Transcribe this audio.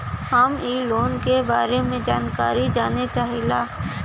हम इ लोन के बारे मे जानकारी जाने चाहीला?